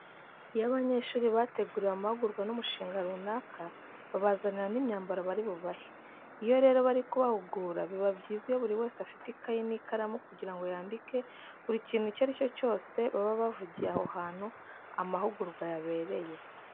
Iyo abanyeshuri bateguriwe amahugurwa n'umushinga runaka, babazanira n'imyambaro bari bubahe. Iyo rero bari kubahugura biba byiza iyo buri wese afite ikayi n'ikaramu kugira ngo yandike buri kintu icyo ari cyo cyose baba bavugiye aho hantu amahugurwa yabereye.